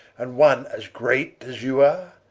and one, as great as you are?